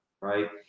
right